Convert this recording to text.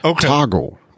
Toggle